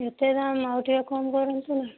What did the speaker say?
ଏତେ ଦାମ୍ ଆଉ ଟିକେ କମ କରନ୍ତୁ